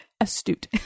astute